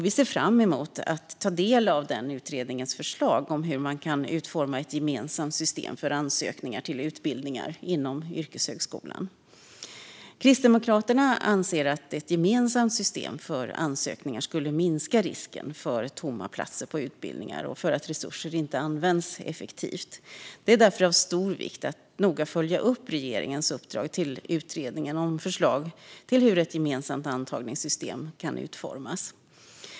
Vi ser fram emot att få ta del av utredningens förslag om hur man kan utforma ett gemensamt system för ansökningar till utbildningar inom yrkeshögskolan. Kristdemokraterna anser att ett gemensamt system för ansökningar skulle minska risken för tomma platser på utbildningar och för att resurser inte används effektivt. Det är därför av stor vikt att noga följa upp regeringens uppdrag till utredningen om förslag till hur ett gemensamt antagningssystem till yrkeshögskolan kan utformas.